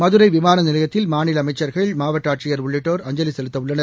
மதுரை விமான நிலையத்தில் மாநில அமைச்சர்கள் மாவட்ட ஆட்சியர் உள்ளிட்டோர் அஞ்சலி செலுத்தவுள்ளனர்